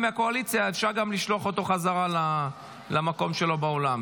מהקואליציה אפשר לשלוח אותו חזרה למקום שלו באולם.